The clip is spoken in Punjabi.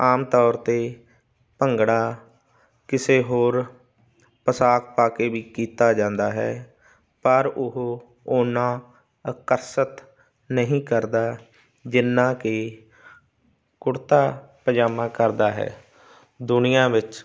ਆਮ ਤੌਰ 'ਤੇ ਭੰਗੜਾ ਕਿਸੇ ਹੋਰ ਪੌਸ਼ਾਕ ਪਾ ਕੇ ਵੀ ਕੀਤਾ ਜਾਂਦਾ ਹੈ ਪਰ ਉਹ ਓਨਾਂ ਅਕਰਸਤ ਨਹੀਂ ਕਰਦਾ ਜਿੰਨਾ ਕਿ ਕੁੜਤਾ ਪਜਾਮਾ ਕਰਦਾ ਹੈ ਦੁਨੀਆਂ ਵਿੱਚ